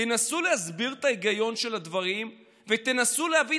תנסו להסביר את ההיגיון של הדברים ותנסו להבין.